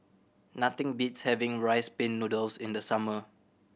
nothing beats having Rice Pin Noodles in the summer